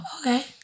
Okay